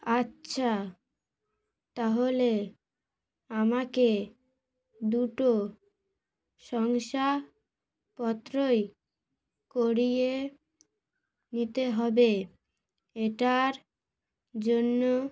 আচ্ছা তাহলে আমাকে দুটো শংসাপত্র করিয়ে নিতে হবে এটার জন্য